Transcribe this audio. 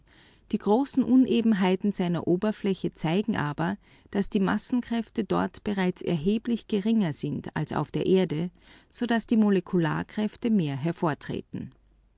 die großen unebenheiten seiner oberfläche entsprechen aber dem umstande daß die massenkräfte dort bereits erheblich geringer sind als auf der erde so daß die molekularkräfte mehr hervortreten